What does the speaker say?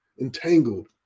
entangled